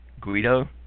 Guido